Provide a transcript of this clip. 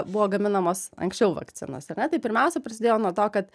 buvo gaminamos anksčiau vakcinos ar ne tai pirmiausia prasidėjo nuo to kad